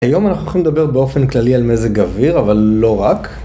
היום אנחנו הולכים לדבר באופן כללי על מזג אוויר, אבל לא רק.